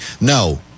No